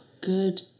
good